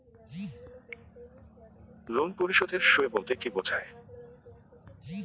Loan পরিশোধের সূএ বলতে কি বোঝায়?